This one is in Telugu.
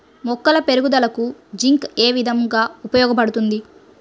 మొక్కల పెరుగుదలకు జింక్ ఏ విధముగా ఉపయోగపడుతుంది?